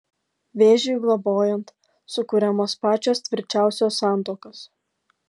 vėžiui globojant sukuriamos pačios tvirčiausios santuokos